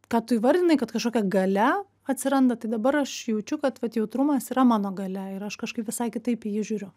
ką tu įvardinai kad kažkokia galia atsiranda tai dabar aš jaučiu kad vat jautrumas yra mano galia ir aš kažkaip visai kitaip į jį žiūriu